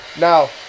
Now